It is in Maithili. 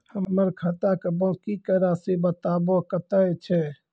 हमर खाता के बाँकी के रासि बताबो कतेय छै?